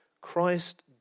Christ